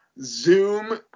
Zoom –